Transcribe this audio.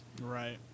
Right